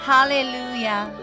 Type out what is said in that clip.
Hallelujah